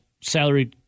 salary